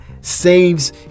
saves